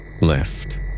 left